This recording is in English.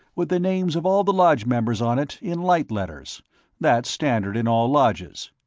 with the names of all the lodge members on it in light-letters that's standard in all lodges.